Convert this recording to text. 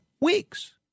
weeks